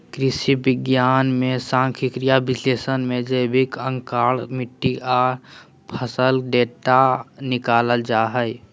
कृषि विज्ञान मे सांख्यिकीय विश्लेषण से जैविक आंकड़ा, मिट्टी आर फसल डेटा निकालल जा हय